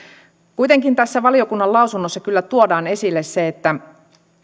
kuitenkin tässä valiokunnan lausunnossa kyllä tuodaan esille se että